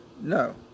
No